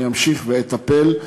אני אמשיך ואטפל,